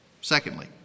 Secondly